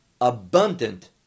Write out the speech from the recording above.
abundant